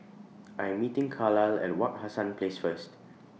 I Am meeting Carlyle At Wak Hassan Place First